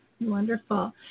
wonderful